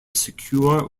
secure